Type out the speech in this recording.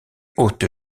haute